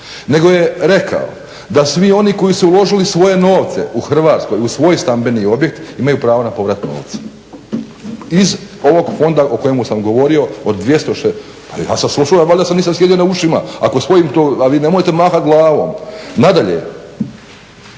nego je rekao da svi oni koji su uložili svoje novce u Hrvatskoj, u svoj stambeni objekt imaju pravo na povrat novca iz ovog fonda o kojemu sam govorio od 206, pa ja sam slušao, a valjda si nisam sjedio na ušima, ako stojim tu a vi nemojte mahati glavom. Nadalje,